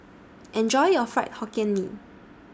Enjoy your Fried Hokkien Mee